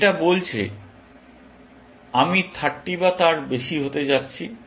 এটা বলছে আমি 30 বা তার বেশি হতে যাচ্ছি